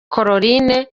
caroline